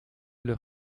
leur